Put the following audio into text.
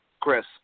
Chris